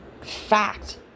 fact